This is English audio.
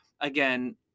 again